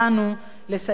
לסייע בידם,